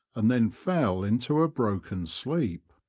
and then fell into a broken sleep.